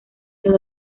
los